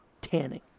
tanning